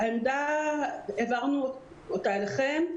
העברנו את העמדה אליכם.